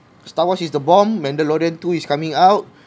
star wars is the bomb mandolorian two is coming out